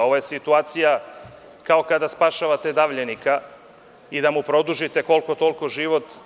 Ovo je situacija kao kada spašavate davljenika i da mu produžite koliko toliko život.